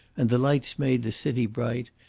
and the lights made the city bright,